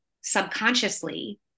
subconsciously